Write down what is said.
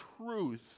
truth